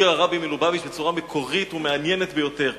מסביר הרבי מלובביץ' בצורה מקורית ומעניינת ביותר.